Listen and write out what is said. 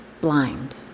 blind